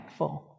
impactful